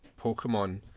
Pokemon